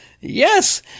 Yes